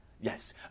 yes